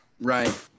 Right